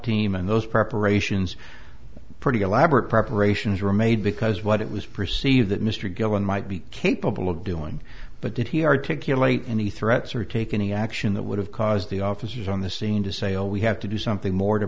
team and those preparations pretty elaborate preparations were made because what it was perceived that mr gillon might be capable of doing but did he articulate any threats or take any action that would have caused the officers on the scene to say oh we have to do something more to